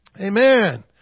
Amen